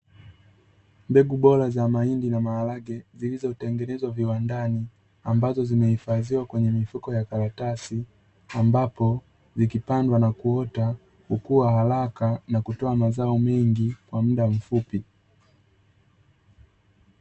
Mbegu bora za mahindi na maharage zilizotengenezwa viwandani ambazo zimehifadhiwa kwenye mifuko ya karatasi ambapo zikipandwa na kuota hukua haraka na kutoa mazao mengi kwa muda mfupi.